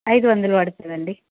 ఐదు వందలు పడుతుంది అండి